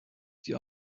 die